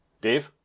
Dave